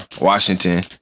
Washington